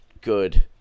good